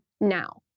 now